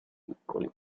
piccoli